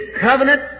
covenant